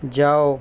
جاؤ